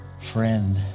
friend